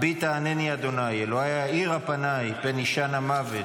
הביטה ענני ה' אלהי האירה עיני פן אישן המות.